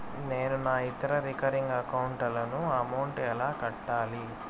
నేను నా ఇతర రికరింగ్ అకౌంట్ లకు అమౌంట్ ఎలా కట్టాలి?